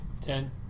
Ten